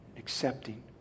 accepting